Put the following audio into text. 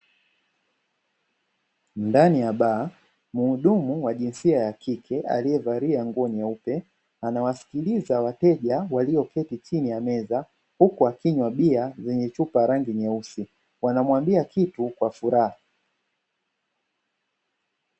Ndani ya baa muhudumu wa jinsia ya kike aliyevalia nguo nyeupe, anawasiliza wateja walioketi chini ya meza, huku wakinywa bia zenye chupa ya rangi nyeusi wanamwambia kitu kwa furaha.